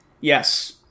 Yes